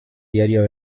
diario